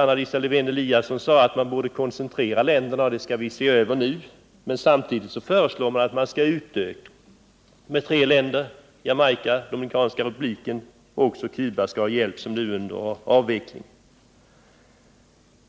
Anna Lisa Lewén-Eliasson sade att man borde koncentrera ländervalet och att vi nu skall se över detta. Samtidigt föreslås att vi skall öka med tre länder, Jamaica, Dominikanska republiken och Cuba, det sista ett land till vilket hjälpen nu är under avveckling